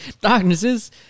Darknesses